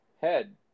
Head